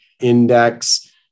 index